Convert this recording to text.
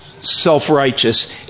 self-righteous